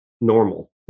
normal